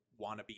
wannabe